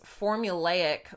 formulaic